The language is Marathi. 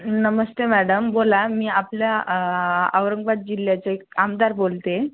नमस्ते मॅडम बोला मी आपल्या औरंगाबाद जिल्ह्याचं एक आमदार बोलते आहे